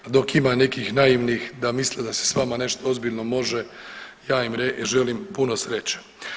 Dok ima nekih naivnih da misle da se sa vama nešto ozbiljno može, ja im želim puno sreće.